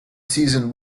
season